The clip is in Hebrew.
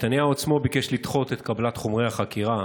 נתניהו עצמו ביקש לדחות את קבלת חומרי החקירה